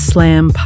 Slam